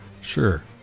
Sure